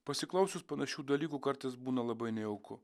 pasiklausius panašių dalykų kartais būna labai nejauku